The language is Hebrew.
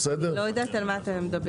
אדוני, לא יודעת על מה אתה מדבר.